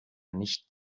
nicht